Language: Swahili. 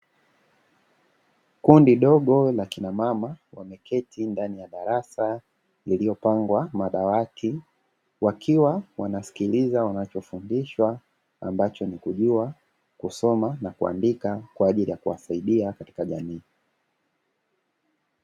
Kundi dogo la kinamama wameketi ndani ya darasa lililopangwa madawati wakiwa wanasikiliza wanachofundishwa, ambacho ni kujua kusoma na kuandika kwa ajili ya kuwasaidia katika jamii.